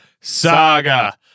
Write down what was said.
Saga